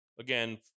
Again